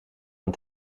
van